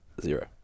zero